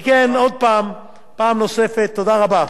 אם כן, פעם נוספת, תודה רבה